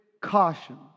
caution